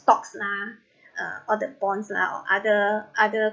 stocks lah uh or the bonds lah or other other